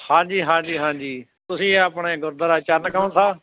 ਹਾਂਜੀ ਹਾਂਜੀ ਹਾਂਜੀ ਤੁਸੀਂ ਆਪਣੇ ਗੁਰਦੁਆਰਾ ਚਰਨ ਕਮਲ ਸਾਹਿਬ